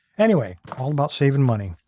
anyway, all about saving money.